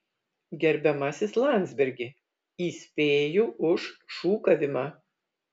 gerbiamasis landsbergi įspėju už šūkavimą